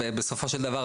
בסופו של דבר,